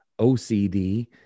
OCD